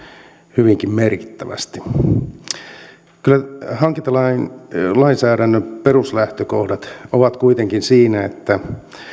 hyvinkin merkittävästi kyllä hankintalain lainsäädännön peruslähtökohdat ovat kuitenkin siinä että